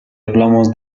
hablamos